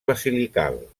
basilical